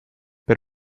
per